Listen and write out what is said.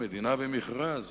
מדינה במכרז.